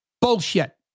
Bullshit